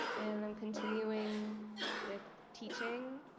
and i'm continuing with teaching